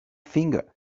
finger